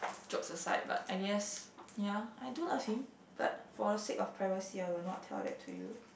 jokes aside but I guessed ya I do asked him but for the sake of privacy I will not tell that to you